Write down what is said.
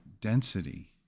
density